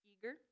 eager